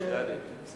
נשאר לי קרדיט.